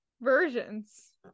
versions